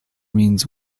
means